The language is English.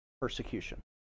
persecution